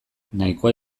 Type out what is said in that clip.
nahikoa